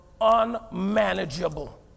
unmanageable